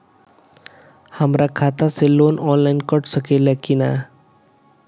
हमरा खाता से लोन ऑनलाइन कट सकले कि न?